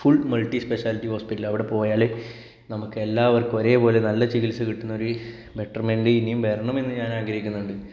full multispeciality hospital അവിടെ പോയാല് നമുക്ക് എല്ലാവർക്കും ഒരേപോലെ നല്ല ചികിൽസ കിട്ടുന്ന ഒരു ബെറ്റർമെന്റ് ഇനിയും വരണമെന്ന് ഞാൻ ആഗ്രഹിക്കുന്നുണ്ട്